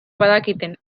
badakiten